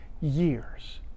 years